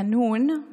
חנון,